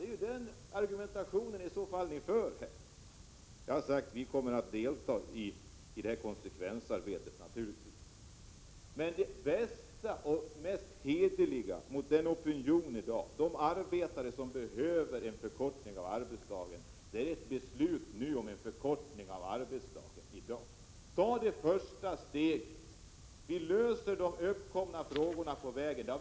Det är den argumentation som ni här för fram. Jag har sagt att vi naturligtvis kommer att delta i arbetet med att studera konsekvenserna. Men det bästa och mest hederliga mot bakgrund av dagsopinionen bland de arbetare som behöver en förkortning av arbetsdagen är ett beslut nu om en omedelbar förkortning av arbetsdagen. Ta ett första steg! Sedan löser vi under hand de frågor som kommer upp.